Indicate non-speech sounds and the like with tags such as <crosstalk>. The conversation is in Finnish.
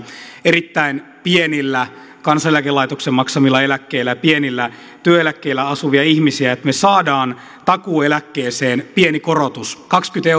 erittäin pienillä kansaneläkelaitoksen maksamilla eläkkeillä pienillä työeläkkeillä asuvia ihmisiä että me saamme takuueläkkeeseen pienen korotuksen kaksikymmentä <unintelligible>